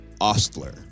Ostler